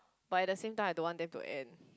but at the same time I don't want them to end